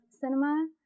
cinema